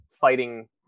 fighting